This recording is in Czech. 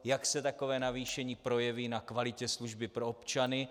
Jak se takové navýšení projeví na kvalitě služby pro občany?